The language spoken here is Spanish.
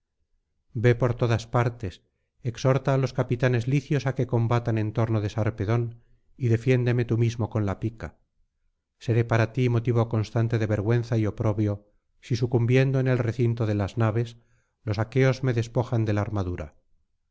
por todas partes exhorta á los capitanes licios á que combatan en torno de sarpedón y defiéndeme tú mismo con la pica seré para ti motivo constante de vergüenza y oprobio si sucumbiendo en el recinto de las naves los aqueos me despojan de la armadura